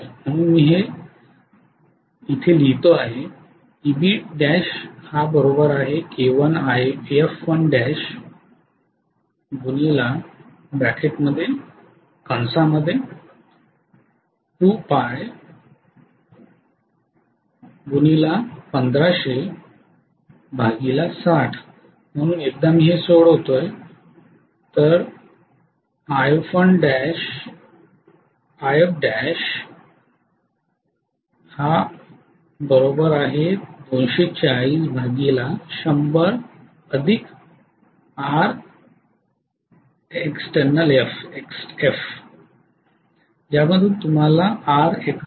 म्हणून मी हे लिहिण्यास सक्षम असावे Ebl म्हणून एकदा मी सोडवतो ज्यामधून तुम्हाला Rextf मिळू शकते